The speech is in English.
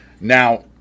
Now